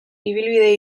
ibilbide